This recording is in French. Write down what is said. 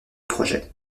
projet